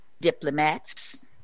diplomats